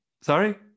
Sorry